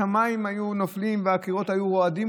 השמיים היו נופלים והקירות היו רועדים